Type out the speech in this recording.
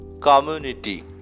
community